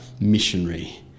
missionary